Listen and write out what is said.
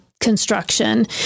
construction